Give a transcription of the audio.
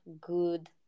good